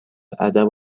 ادب